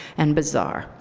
and bizarre,